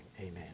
Amen